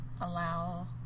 allow